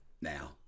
now